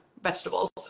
Vegetables